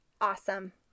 awesome